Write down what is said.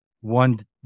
one